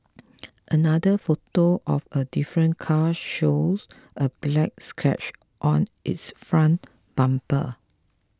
another photo of a different car shows a black scratch on its front bumper